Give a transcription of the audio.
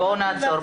נעצור,